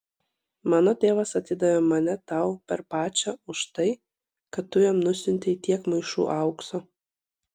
mano tėvas atidavė mane tau per pačią už tai kad tu jam nusiuntei tiek maišų aukso